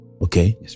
Okay